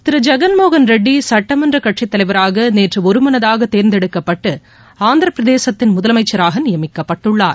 திரு ஜெகள் மோகன் ரெட்டி சட்டமன்ற கட்சித் தலைவராக நேற்று ஒருமனதாக தேர்ந்தெடுக்கப்பட்டு ஆந்திரபிரதேசத்தின் முதலமைச்சராக நியமிக்கப்பட்டுள்ளார்